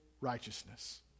righteousness